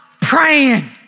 praying